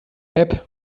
app